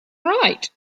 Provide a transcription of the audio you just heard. write